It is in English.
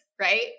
right